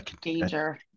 danger